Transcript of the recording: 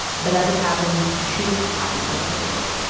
but as it happens, she was happy that he did.